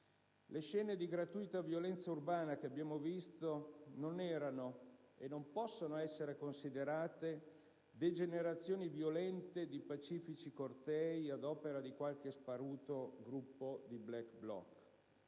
Le scene di gratuita violenza urbana che abbiamo visto non erano e non possono essere considerate degenerazioni violente di pacifici cortei ad opera di qualche sparuto gruppo di *black bloc*.